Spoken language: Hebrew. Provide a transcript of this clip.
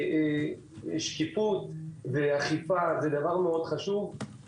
שקיפות ואכיפה זה מאוד חשוב.